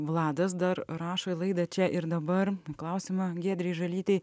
vladas dar rašo į laidą čia ir dabar klausimą giedrei žalytei